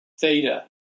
theta